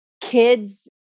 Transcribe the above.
kids